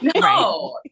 no